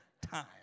time